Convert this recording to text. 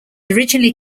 originally